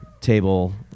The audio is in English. table